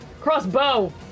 crossbow